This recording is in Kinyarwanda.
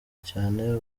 cyane